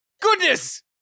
Goodness